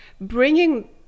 Bringing